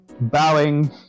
bowing